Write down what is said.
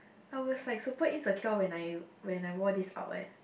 I was like support insecure when I when I wore this out uh